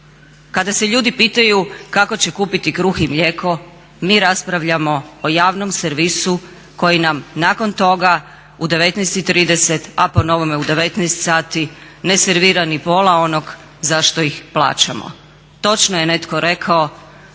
kada se ljudi pitaju kako će kupiti kruh i mlijeko mi raspravljamo o javnom servisu koji nam nakon toga u 19,30 a po novome u 19 sati ne servira ni pola onog zašto ih plaćamo. Točno je netko rekao